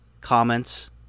comments